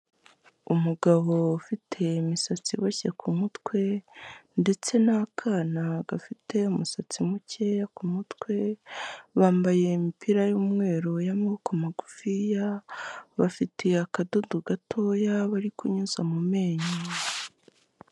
Umugabo ufite imisatsi iboshye ku mutwe ndetse n'akana gafite umusatsi mukeya k'umutwe , bambaye imipira y'umweru y'amaboko magufi ya, bafiteye akadodo gatoya bari kunyuza mu menyo.